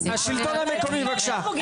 השלטון המקומי בבקשה,